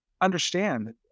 understand